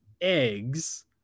eggs